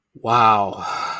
Wow